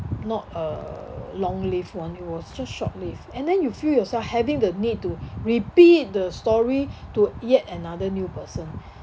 not uh long lived [one] it was just short lived and then you feel yourself having the need to repeat the story to yet another new person